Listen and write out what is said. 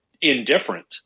indifferent